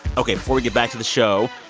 ok. before we get back to the show,